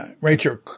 Rachel